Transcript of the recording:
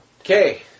Okay